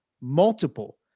multiple